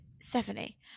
Stephanie